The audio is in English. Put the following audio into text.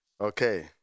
Okay